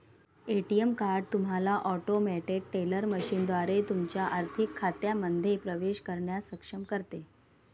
ATM card automated ऑटोमेटेड टेलर मशीनद्वारे तुमच्या आर्थिक खात्यांमध्ये प्रवेश करण्यास सक्षम करते